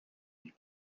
nuit